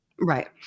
Right